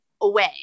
away